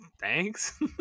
thanks